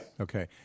Okay